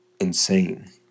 insane